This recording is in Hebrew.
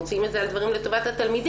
הם מוציאים את זה על דברים לטובת התלמידים,